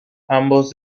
ambos